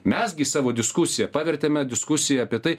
mes gi savo diskusiją pavertėme diskusija apie tai